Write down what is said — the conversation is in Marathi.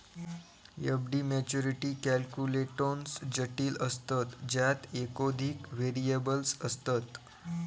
एफ.डी मॅच्युरिटी कॅल्क्युलेटोन्स जटिल असतत ज्यात एकोधिक व्हेरिएबल्स असतत